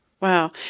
Wow